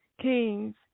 Kings